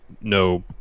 no